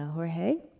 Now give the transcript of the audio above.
jorge?